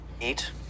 Eight